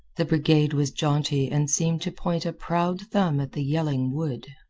the brigade was jaunty and seemed to point a proud thumb at the yelling wood.